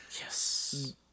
Yes